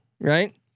right